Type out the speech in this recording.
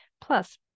Plus